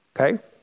Okay